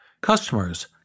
Customers